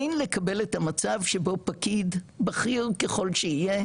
אין לקבל את המצב שבו פקיד בכיר ככל שיהיה